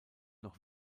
noch